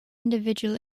individual